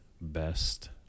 best